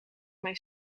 mijn